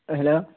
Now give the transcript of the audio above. hello